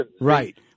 Right